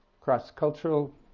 cross-cultural